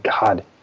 God